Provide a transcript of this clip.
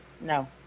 No